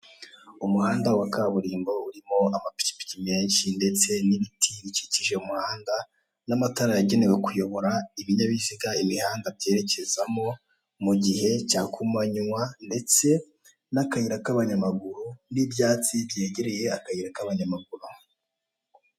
Umuhanda wa kaburimbo urimo amapikipiki menshi ndetse n'ibiti bikije umuhanda n'amatara yagenewe kuyobora ibinyabiziga imihanda byerekezamo mugihe cya kumanywa ndetse n'akayira k'abanyamaguru n'ibyatsi byegereye akayira k'abanyamaguru.